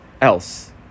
else